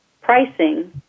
pricing